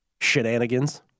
shenanigans